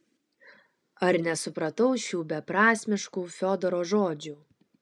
ar nesupratau šių beprasmiškų fiodoro žodžių